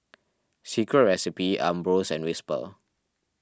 Secret Recipe Ambros and Whisper